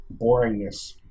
boringness